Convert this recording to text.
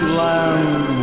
land